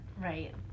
Right